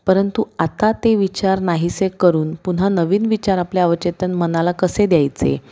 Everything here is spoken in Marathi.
परंतु आता ते विचार नाहीसे करून पुन्हा नवीन विचार आपल्या अवचेतन मनाला कसे द्यायचे